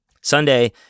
Sunday